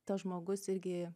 tas žmogus irgi